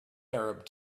arab